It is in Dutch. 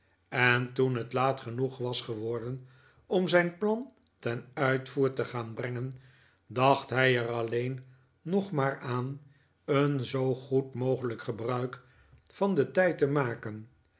en toen het laat genoeg was geworden om zijn plan ten uitvoer te gaan brengen dacht hij er alleen nog maar aan een zoo goed mogelijk gebruik van den tijd te maken